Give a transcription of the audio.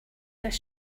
this